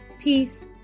peace